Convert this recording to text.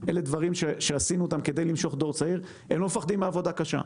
לא מפחדים מעבודה קשה,